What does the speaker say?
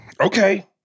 Okay